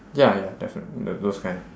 ya ya definitel~ uh those kind lah